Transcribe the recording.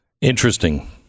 interesting